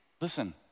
Listen